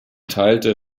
geteilte